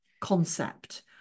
concept